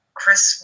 Chris